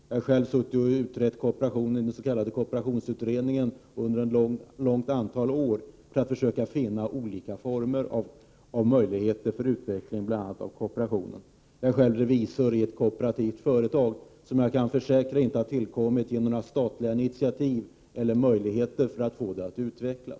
Jag har själv varit med och utrett kooperationen i den s.k. kooperationsutredningen under ett stort antal år för att fö a finna olika möjligheter för utveckling av bl.a. kooperationen. Jag är själv revisor i ett kooperativt företag, som jag kan försäkra inte har tillkommit genom några statliga initiativ.